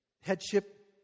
headship